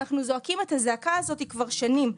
ואנחנו זועקים את הזעקה הזאת כבר שנים.